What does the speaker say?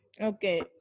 Okay